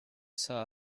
saw